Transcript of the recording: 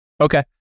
Okay